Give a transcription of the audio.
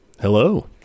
Hello